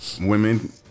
Women